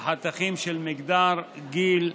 בחתכים של מגדר, גיל,